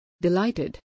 Delighted